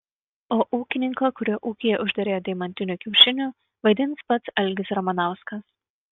o ūkininką kurio ūkyje užderėjo deimantinių kiaušinių vaidins pats algis ramanauskas